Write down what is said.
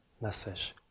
message